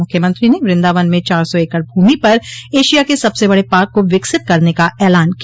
मुख्यमंत्री ने वृंदावन में चार सौ एकड़ भूमि पर एशिया के सबसे बड़े पार्क को विकसित करने का ऐलान किया